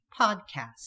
Podcast